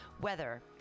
weather